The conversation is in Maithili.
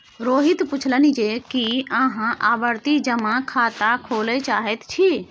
रोहित पुछलनि जे की अहाँ आवर्ती जमा खाता खोलय चाहैत छी